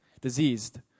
Diseased